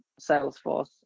Salesforce